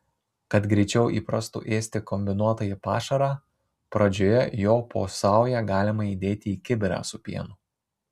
kad greičiau įprastų ėsti kombinuotąjį pašarą pradžioje jo po saują galima įdėti į kibirą su pienu